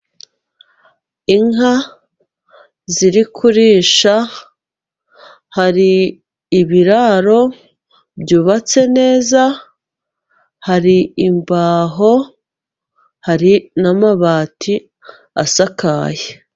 Inka ziri kurisha hari ibiraro byubatse neza hari imbaho hari n'amabati asakaye.